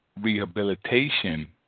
rehabilitation